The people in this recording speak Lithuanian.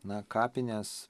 na kapinės